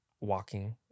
walking